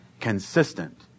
consistent